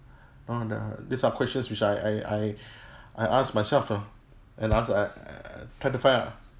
know the these are questions which I I I I ask myself ah and ask I I try to find out ah